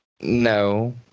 No